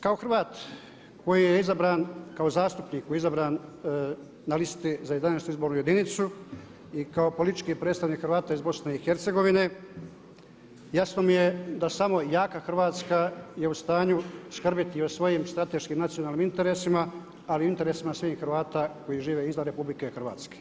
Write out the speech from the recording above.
Kao Hrvat koji je izabran kao zastupnik izabran na listi za 11. izbornu jedinicu i kao politički predstavnik Hrvata iz Bosne i Hercegovine jasno mi je da samo jaka Hrvatska je u stanju skrbiti u svojim strateškim nacionalnim interesima ali i interesima svih Hrvata koji žive izvan RH.